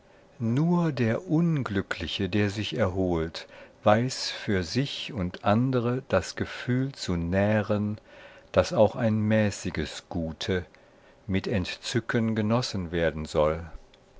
nur der unglückliche der sich erholt weiß für sich und andere das gefühl zu nähren daß auch ein mäßiges gute mit entzücken genossen werden soll